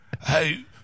Hey